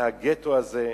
מהגטו הזה.